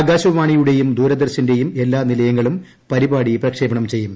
ആകാശവാണിയുടെയും ദൂരദർശന്റയും എല്ലാ നിലയങ്ങളും പരിപാടി പ്രക്ഷേപണം ചെയ്യും